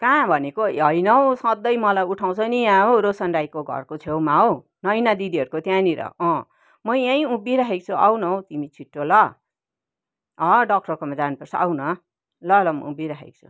कहाँ भनेको होइन हौ सधैँ मलाई उठाउँछ नि यहाँ हौ रोसन राईको घरको छेउमा हौ नैना दिदीहरूको त्यहाँनिर अँ म यहीँ उभिराखेको छु आउ न हौ तिमी छिटो ल अँ डक्टरकोमा जानुपर्छ आउन ल ल म उभिराखेको छु